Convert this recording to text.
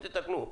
תתקנו,